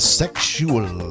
sexual